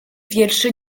wierszy